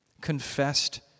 confessed